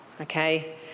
Okay